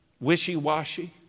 wishy-washy